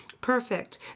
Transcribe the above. perfect